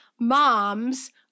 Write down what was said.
moms